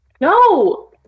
No